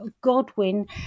Godwin